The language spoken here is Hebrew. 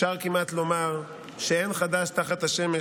אפשר כמעט לומר שאין חדש תחת השמש,